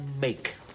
make